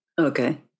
Okay